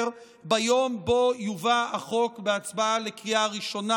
ביום שבו יובא החוק בהצבעה לקריאה ראשונה.